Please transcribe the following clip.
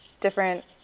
Different